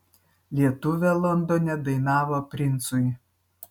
lietuvė londone dainavo princui